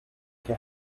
que